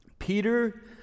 Peter